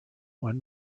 one